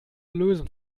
lösen